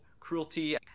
Cruelty